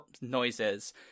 noises